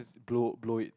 blow blow it